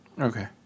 Okay